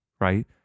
right